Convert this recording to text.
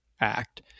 Act